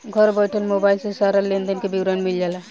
घर बइठल मोबाइल से सारा लेन देन के विवरण मिल जाता